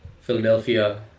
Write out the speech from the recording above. Philadelphia